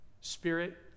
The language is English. Spirit